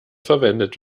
verwendet